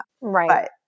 Right